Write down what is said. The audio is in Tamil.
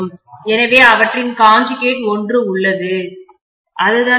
எனவே அவற்றின் கான்ஞ்கேட் ஒன்று உள்ளது அதுதான் முக்கியம்